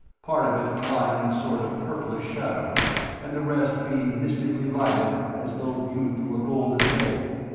part of it lying in a sort of purplish shadow and the rest being mystically lighted as though viewed through a golden veil.